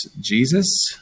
Jesus